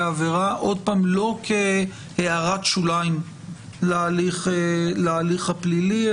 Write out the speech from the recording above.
העבירה לא כהערת שוליים להליך הפלילי,